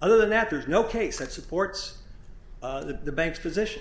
other than that there is no case that supports the bank's position